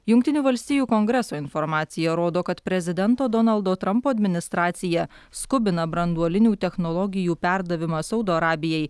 jungtinių valstijų kongreso informacija rodo kad prezidento donaldo trampo administracija skubina branduolinių technologijų perdavimą saudo arabijai